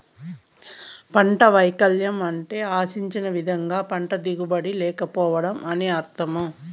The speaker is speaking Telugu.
పంట వైపల్యం అంటే ఆశించిన విధంగా పంట దిగుబడి లేకపోవడం అని అర్థం